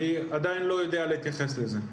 אני עדיין לא יודע להתייחס לזה.